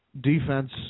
Defense